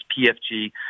PFG